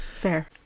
Fair